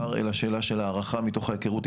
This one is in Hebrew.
ומבחינת